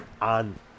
on